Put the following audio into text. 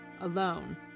alone